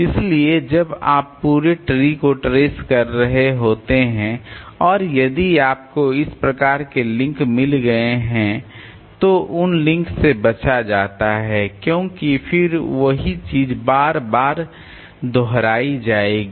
इसलिए जब आप पूरे ट्री को ट्रेस कर रहे होते हैं और यदि आपको इस प्रकार के लिंक मिल गए हैं तो उन लिंक से बचा जाता है क्योंकि फिर वही चीज बार बार दोहराई जाएगी